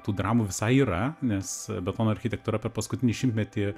tų dramų visai yra nes betono architektūra per paskutinį šimtmetį